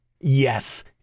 Yes